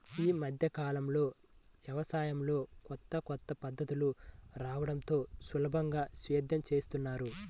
యీ మద్దె కాలంలో యవసాయంలో కొత్త కొత్త పద్ధతులు రాడంతో సులభంగా సేద్యం జేత్తన్నారు